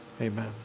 Amen